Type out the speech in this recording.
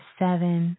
seven